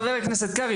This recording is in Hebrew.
חבר הכנסת קריב,